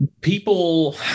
people